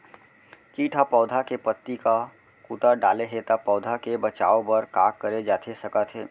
किट ह पौधा के पत्ती का कुतर डाले हे ता पौधा के बचाओ बर का करे जाथे सकत हे?